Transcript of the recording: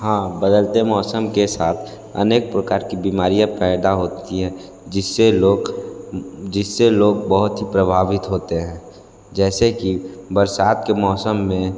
हाँ बदलते मौसम के साथ अनेक प्रकार की बीमारियाँ पैदा होती हैं जिससे लोग जिससे लोग बहुत ही प्रभावित होते हैं जैसे की बरसात के मौसम में